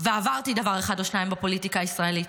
ועברתי דבר אחד או שניים בפוליטיקה הישראלית,